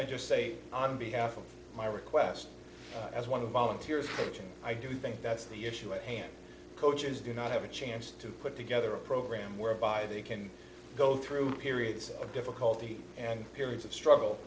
i just say on behalf of my request as one volunteers i do think that's the issue at hand coaches do not have a chance to put together a program whereby they can go through periods of difficulty and periods of struggle